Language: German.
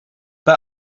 bei